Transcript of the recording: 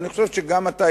ואני חושב שגם אתה,